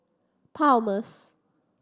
Palmer's